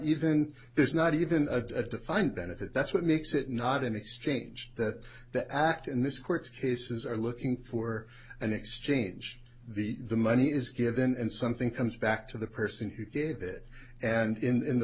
there's not even a defined benefit that's what makes it not in exchange that the act in this court cases are looking for an exchange the the money is given and something comes back to the person who did it and